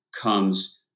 comes